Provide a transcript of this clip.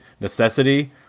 necessity